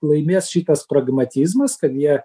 laimės šitas pragmatizmas kad jie